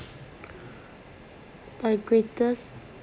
my greatest